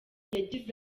yagize